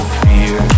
fear